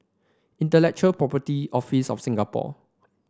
Intellectual Property Office of Singapore